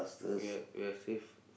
ya we're safe